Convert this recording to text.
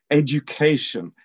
education